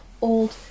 old